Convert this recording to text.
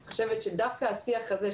אני חושבת שדווקא השיח הזה,